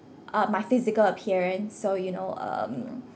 uh my physical appearance so you know um